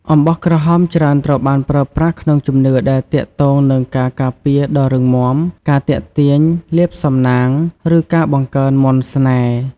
អំបោះក្រហមច្រើនត្រូវបានប្រើប្រាស់ក្នុងជំនឿដែលទាក់ទងនឹងការការពារដ៏រឹងមាំ ការទាក់ទាញលាភសំណាង ឬការបង្កើនមន្តស្នេហ៍។